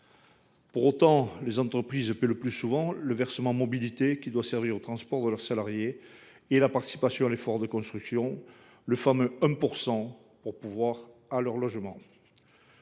Pourtant, les entreprises paient le plus souvent le versement mobilité, qui doit servir au transport de leurs salariés, et participent à l’effort de construction, le fameux 1 % logement, pour pourvoir à leur logement.